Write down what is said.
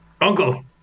Uncle